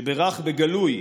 שבירך בגלוי